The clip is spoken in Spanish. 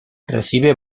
recibe